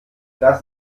das